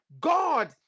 God